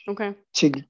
Okay